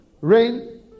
rain